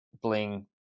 Bling